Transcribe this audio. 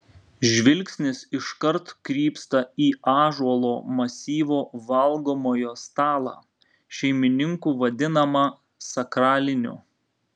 žvilgsnis iškart krypsta į ąžuolo masyvo valgomojo stalą šeimininkų vadinamą sakraliniu